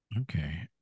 Okay